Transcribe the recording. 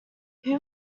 who